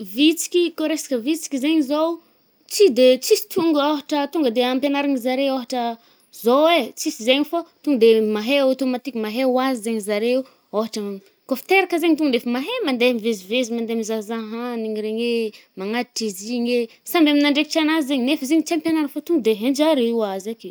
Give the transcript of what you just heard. Vitsiky, kôa resaka vitsiky zaigny zao, tsy de tsisy tongo, ôhatra tonga de ampegnarin’zare ôhatra zao e, tsisy zaigny fô to nde mahay automatique, mahay ho azy zaigny zareo. Ôhatra kôfa teraka zaigny to ndefa mahay mande mivezivezy, mande mizahzah hanigny regny e, magnatitry izy igny e. samby amin’andrekitranazy zaigny. Nefa zigny tsy ampiagnarina fô to nde henjare oazy ake.